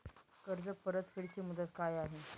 कर्ज परतफेड ची मुदत काय आहे?